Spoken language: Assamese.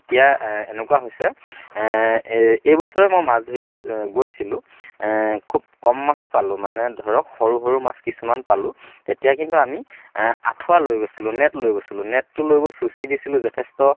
এতিয়া এনেকুৱা হৈছে এই এই বছৰে মই মাছ ধৰিব গৈছিলোঁ খুব কম মাছে পালোঁ মানে ধৰক সৰু সৰু মাছ কিছুমান পালোঁ তেতিয়া কিন্তু আমি আঁঠুৱা লৈ গৈছিলোঁ নেট লৈ গৈছিলোঁ নেটটো লৈ গৈ চুচি দিছিলোঁ যথেষ্ট